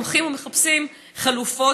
הם הולכים ומחפשים חלופות,